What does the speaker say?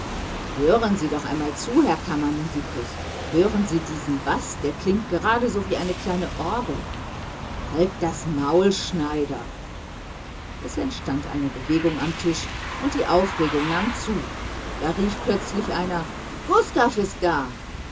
hören sie doch einmal zu herr kammermusikus hören sie diesen baß der klingt geradeso wie eine kleine orgel halt das maul schneider es entstand eine bewegung am tisch und die aufregung nahm zu da rief plötzlich einer gustav ist da